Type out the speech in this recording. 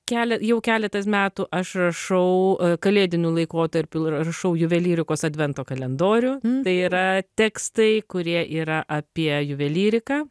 kele jau keletas metų aš rašau kalėdiniu laikotarpiu l rašau juvelyrikos advento kalendorių tai yra tekstai kurie yra apie juvelyriką